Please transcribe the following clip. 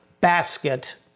basket